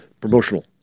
Promotional